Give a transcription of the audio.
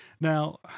Now